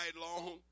long